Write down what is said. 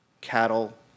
cattle